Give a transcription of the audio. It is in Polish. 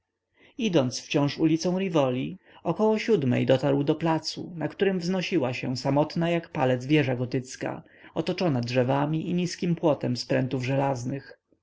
idąc wciąż ulicą rivoli około siódmej dotarł do placu na którym wznosiła się samotna jak palec wieża gotycka otoczona drzewami i niskim płotem z prętów żelaznych